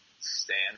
stand